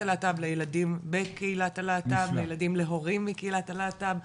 הלהט"ב לילדים בקהילת הלהט"ב לילדים להורים מקהילת הלהט"ב,